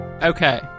okay